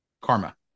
karma